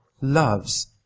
loves